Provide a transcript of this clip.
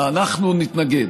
אנחנו נתנגד.